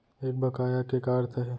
एक बकाया के का अर्थ हे?